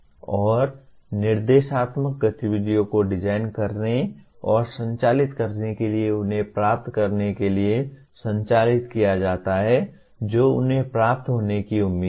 और निर्देशात्मक गतिविधियों को डिजाइन करने और संचालित करने के लिए उन्हें प्राप्त करने के लिए संचालित किया जाता है जो उन्हें प्राप्त होने की उम्मीद है